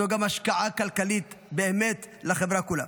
זו גם השקעה כלכלית באמת בחברה כולה.